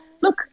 look